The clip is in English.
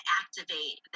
activate